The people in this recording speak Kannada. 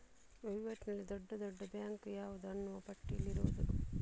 ವೈವಾಟಿನಲ್ಲಿ ದೊಡ್ಡ ದೊಡ್ಡ ಬ್ಯಾಂಕು ಯಾವುದು ಅನ್ನುವ ಪಟ್ಟಿ ಇಲ್ಲಿರುವುದು